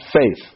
faith